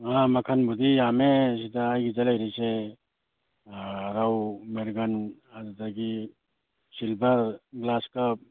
ꯉꯥ ꯃꯈꯜꯕꯨꯗꯤ ꯌꯥꯝꯃꯦ ꯁꯤꯗ ꯑꯩꯒꯤꯗ ꯂꯩꯔꯤꯁꯦ ꯔꯧ ꯃꯤꯔꯒꯟ ꯑꯗꯨꯗꯒꯤ ꯁꯤꯜꯕꯔ ꯒ꯭ꯂꯥꯁ ꯀꯥꯞ